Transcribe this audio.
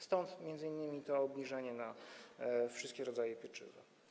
Stąd m.in. to obniżenie na wszystkie rodzaje pieczywa.